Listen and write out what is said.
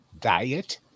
diet